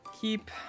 keep